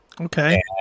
Okay